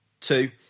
two